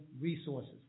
resources